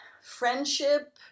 friendship